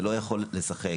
זה לא יכול לשחק.